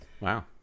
Wow